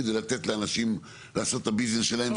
כדי לתת לאנשים לעשות את הביזנס שלהם.